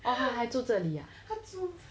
他他还住这里 ah